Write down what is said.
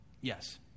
Yes